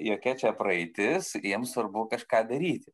jokia čia praeitis jiems svarbu kažką daryti